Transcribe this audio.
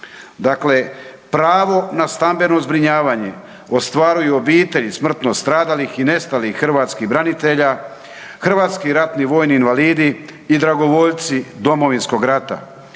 Dakle, pravo na stambeno zbrinjavanje ostvaruju obitelji smrtno stradalih i nestalih hrvatskih branitelja, hrvatski ratni vojni invalidi i dragovoljci Domovinskog rata,